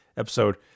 episode